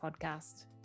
podcast